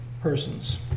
persons